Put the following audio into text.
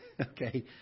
okay